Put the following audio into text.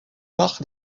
parc